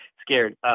scared